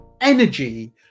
energy